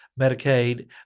Medicaid